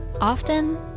Often